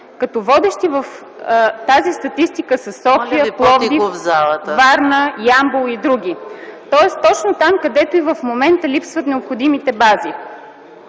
Водещи в тази статистика са София, Пловдив, Варна, Ямбол и други, тоест точно там, където и в момента лисват необходимите бази.